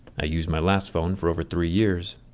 i used my last phone for over three years,